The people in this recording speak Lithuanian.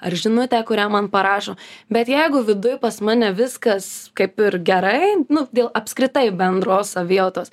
ar žinutę kurią man parašo bet jeigu viduj pas mane viskas kaip ir gerai nu dėl apskritai bendros savijautos